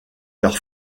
leurs